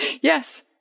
Yes